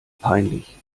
peinlich